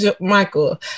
Michael